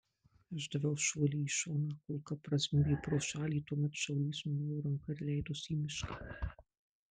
aš daviau šuolį į šoną kulka prazvimbė pro šalį tuomet šaulys numojo ranka ir leidosi į mišką